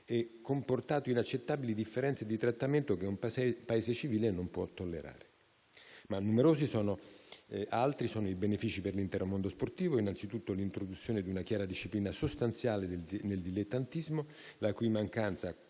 e comportato inaccettabili differenze di trattamento che un Paese civile non può tollerare. Numerosi sono gli altri benefici per l'intero mondo sportivo: innanzitutto l'introduzione di una chiara disciplina sostanziale nel dilettantismo, la cui mancanza